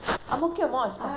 ah அங்க பக்கத்தில:anka pakkaththila